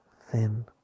thin